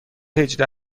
هجده